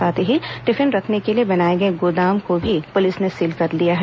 साथ ही टिफिन रखने के लिए बनाए गए गोदाम को भी पुलिस ने सील कर दिया है